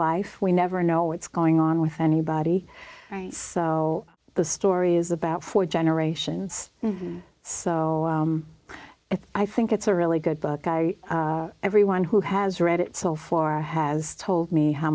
life we never know what's going on with anybody so the story is about four generations so if i think it's a really good book i everyone who has read it so for has told me how